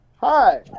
Hi